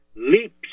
leaps